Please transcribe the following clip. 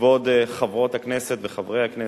כבוד חברות הכנסת וחברי הכנסת,